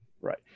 Right